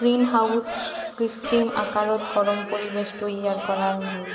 গ্রীনহাউসত কৃত্রিম আকারত গরম পরিবেশ তৈয়ার করাং হই